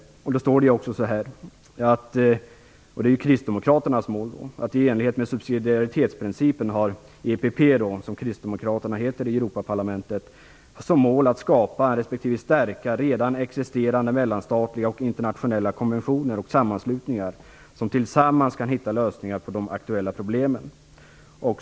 Då står det så här, och det är målet för EPP som kristdemokraterna heter i Europaparlamentet: "I enlighet med subsidiaritetsprincipen har EPP som mål att skapa respektive stärka redan existerande mellanstatliga och internationella konventioner och sammanslutningar, som tillsammans kan hitta lösningar på de aktuella problemen.